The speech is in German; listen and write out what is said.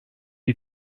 die